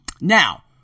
Now